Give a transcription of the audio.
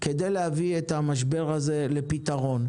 כדי להביא את המשבר הזה לפתרון.